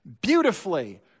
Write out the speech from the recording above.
beautifully